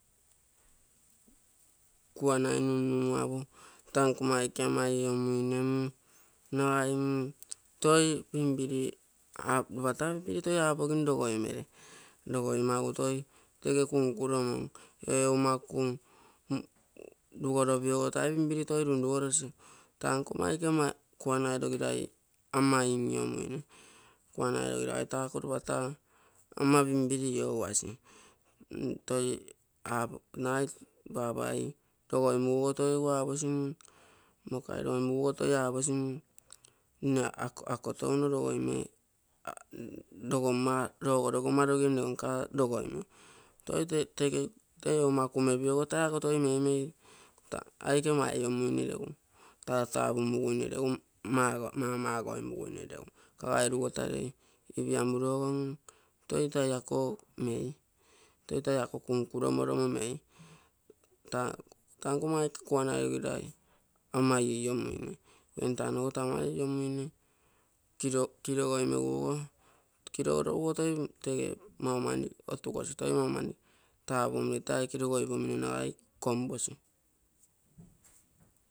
Kuanai nunnumo apo taa nkomma aike ama ioiomuine mm nagai toi pinpiri lopa taa noikei toi apogim logoimere. logoimagu toi tege kunku romon ee oumaku rugo ropiogo tai pinpiri toi runrugorosi. taa nkomma ouke ama kuanai nogi rai ama in-iomuine. kuanai nogirai tako lopata ama pinpiri iouasi toi nagai papai logoimuguo go toi egu aposi, mokai logoimu guogo toi aposi mm mne ako touno logoime. logomma rogo logomma logio mnego nka rogoimio. toi tege, tee oumaku mepiogo tai ako toi meimei aike ama ioiomuine regu tata pumu guine regu mamagoimuguine legu. kagai rugo tarei ipiamuro go toi tai ako mei, toi tai ako kunkuromoromo mei. taa, taa nkomma aike kuanainogirai ama ioiomuine. entano ogo taa ama ioiomuine kiro goi meguogo, kiro goroguogo toi tege mau mani otukosi toi mau mani tapuomino taa aike logoipomino nagai komposi